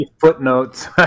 footnotes